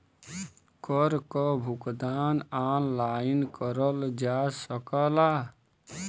कर क भुगतान ऑनलाइन करल जा सकला